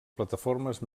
plataformes